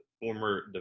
former